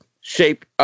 shape